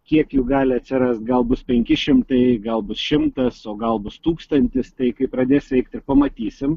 kiek jų gali atsirast gal bus penki šimtai gal bus šimtas o gal bus tūkstantis tai kai pradės veikt ir pamatysim